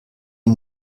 die